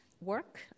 work